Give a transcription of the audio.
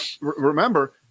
remember